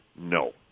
no